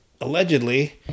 Allegedly